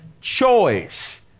choice